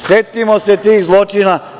Setimo se tih zločina.